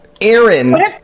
Aaron